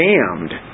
Damned